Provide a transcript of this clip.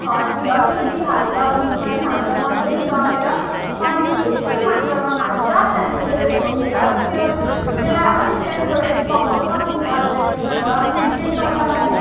हर्दी अलिकति हाल्छ नुन पनि हाल्छ मज्जाले चलाएर पानी ठिक्कै मात्रामा हाल्छ त्यहाँदेखि त्यसलाई छोपेर त्यो त्यसलाई अलिक टाइमको लागि पकाउँछ अनि दाल रेडी हुन्छ अनि सेकेन्डपल्टमा चाहिँ